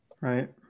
Right